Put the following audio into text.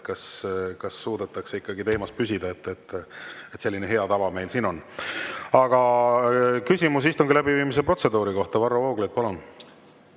kas suudetakse ikkagi teemas püsida. Selline hea tava meil siin on. Aga küsimus istungi läbiviimise protseduuri kohta, Varro Vooglaid, palun!